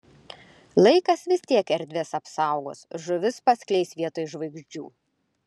laikas vis tiek erdves apsaugos žuvis paskleis vietoj žvaigždžių